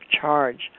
charge